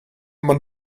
man